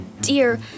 dear